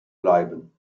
bleiben